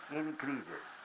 increases